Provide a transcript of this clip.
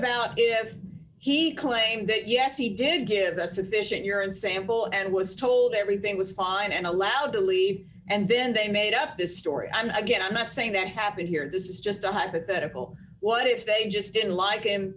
about he claimed that yes he did give the sufficient urine sample and was told everything was fine and allowed to leave and then they made up this story i'm again i'm not saying that happened here this is just a hypothetical what if they just didn't like him